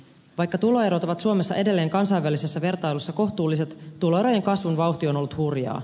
vaikka tuloerot ovat suomessa edelleen kansainvälisessä vertailussa kohtuulliset tuloerojen kasvun vauhti on ollut hurjaa